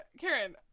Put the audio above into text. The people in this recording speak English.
Karen